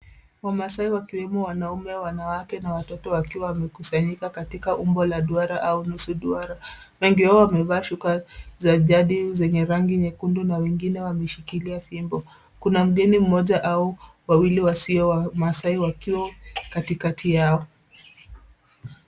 Wamasai wakiwemo wanaume, wanawake na watoto wakiwa wamekusanyika katika umbo la duara au nusu duara. Wengi wao wamevaa shuka za jadi zenye rangi nyekundu na wengine wameshikilia fimbo. Kuna mgeni mmoja au wawili wasio wamasai wakiwa katikati yao.